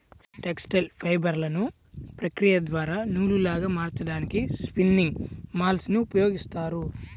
textile ఫైబర్లను ప్రక్రియ ద్వారా నూలులాగా మార్చడానికి స్పిన్నింగ్ మ్యూల్ ని ఉపయోగిస్తారు